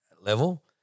level